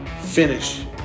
finish